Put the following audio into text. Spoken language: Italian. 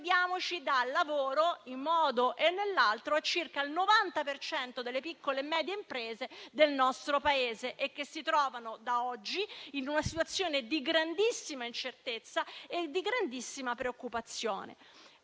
edile, che dà lavoro, in un modo o nell'altro, a circa il 90 per cento delle piccole e medie imprese del nostro Paese, le quali si trovano da oggi in una situazione di grandissima incertezza e di grandissima preoccupazione.